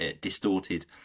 distorted